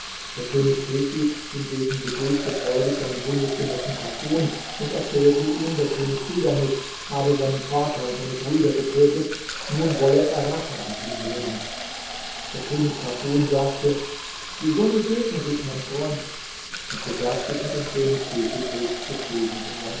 der könig kefid hingegen begrüßte freudig seinen bundesgenossen kafun und erzählte ihm der könig tighanus habe seinen vater und seine brüder getötet nun wolle er rache an ihm nehmen der könig kafun sagte die sonne segne dich mein freund und begab sich mit dem könig kefid höchst zufrieden in sein